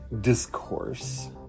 discourse